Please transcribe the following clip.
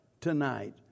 tonight